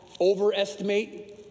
Overestimate